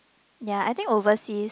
ya I think overseas